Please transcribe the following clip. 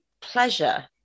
pleasure